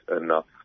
enough